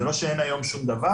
זה לא שאין היום שום דבר.